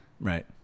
right